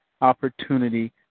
opportunity